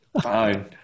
fine